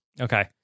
Okay